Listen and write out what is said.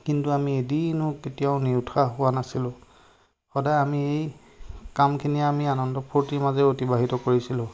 কিন্তু আমি এদিনো কেতিয়াও নিৰুৎসাহ হোৱা নাছিলোঁ সদায় আমি কামখিনি আমি আনন্দ ফূৰ্তিৰ মাজেৰে অতিবহিত কৰিছিলোঁ